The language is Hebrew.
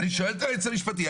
אני שואל את היועץ המשפטי,